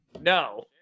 no